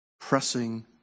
pressing